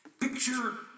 picture